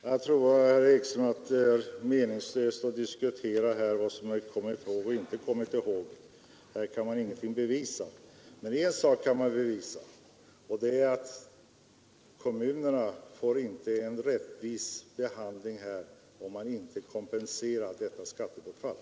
Herr talman! Jag tror, herr Ekström, att det är meningslöst att diskutera vad som kommits ihåg och inte kommits ihåg. Här kan man ingenting bevisa. En sak kan man bevisa, och det är att kommunerna får inte en rättvis behandling, om man inte kompenserar detta skattebortfall.